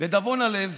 לדאבון הלב